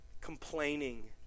complaining